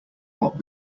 what